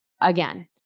again